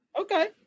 Okay